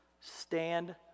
Stand